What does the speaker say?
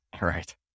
right